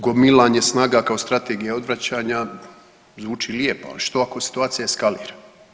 Gomilanje snaga kao strategija odvraćanja zvuči lijepo, ali što ako situacija eskalira.